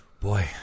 Boy